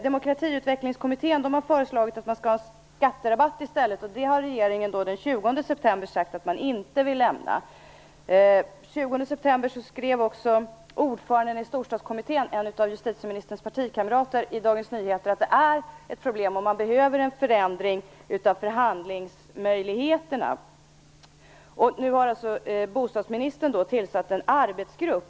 Demokratiutvecklingskommittén har föreslagit att man i stället skall ha skatterabatter, och det har regeringen den 20 september sagt att man inte vill ge. Samma datum skrev också ordföranden i Storstadskommittén, en av justitieministerns partikamrater, i Dagens Nyheter att det här är ett problem och att man behöver en förändring av förhandlingsmöjligheterna. Nu har bostadsministern tillsatt en arbetsgrupp.